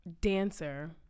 dancer